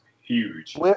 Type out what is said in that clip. huge